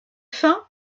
faim